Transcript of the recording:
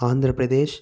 Andhra Pradesh